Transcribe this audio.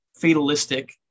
fatalistic